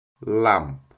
lamp